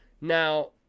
Now